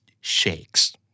shakes